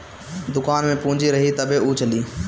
दुकान में पूंजी रही तबे उ चली